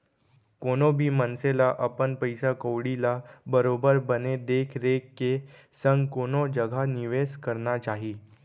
कोनो भी मनसे ल अपन पइसा कउड़ी ल बरोबर बने देख रेख के संग कोनो जघा निवेस करना चाही